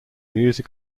music